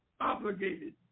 obligated